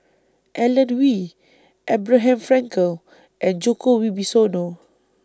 Alan Oei Abraham Frankel and Djoko Wibisono